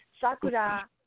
Sakura